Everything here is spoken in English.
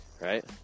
right